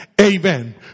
amen